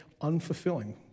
unfulfilling